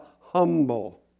humble